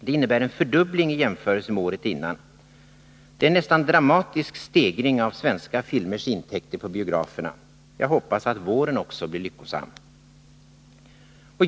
Det innebär en fördubbling i jämförelse med året innan. Det är en nästan dramatisk stegring av svenska filmers intäkter på biograferna. Jag hoppas att våren också skall bli lyckosam.